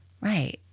Right